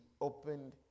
opened